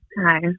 Hi